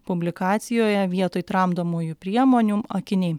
publikacijoje vietoj tramdomųjų priemonių akiniai